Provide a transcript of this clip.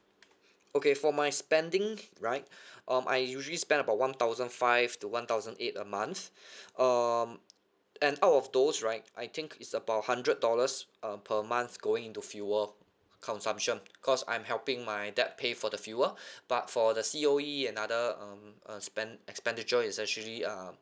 okay for my spending right um I usually spend about one thousand five to one thousand eight a month um and out of those right I think it's about hundred dollars um per month going into fuel consumption cause I'm helping my dad pay for the fuel but for the C_O_E and other um spend expenditure is actually uh